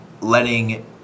letting –